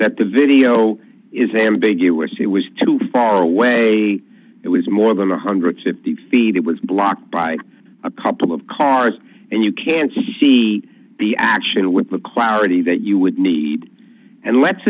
that the video is ambiguous it was too far away it was more than one hundred and fifty feet it was blocked by a couple of cars and you can't see the actual with the clarity that you would need and let's